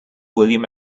william